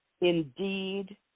indeed